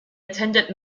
attended